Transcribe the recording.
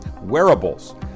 Wearables